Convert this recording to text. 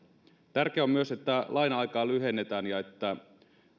tärkeää on myös että laina aikaa lyhennetään ja että